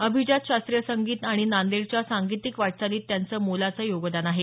अभिजात शास्त्रीय संगीत आणि नांदेडच्या सांगीतिक वाटचालीत त्यांचं मोलाचं योगदान आहे